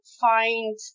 find